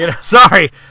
Sorry